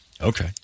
Okay